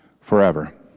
forever